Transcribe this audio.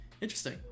Interesting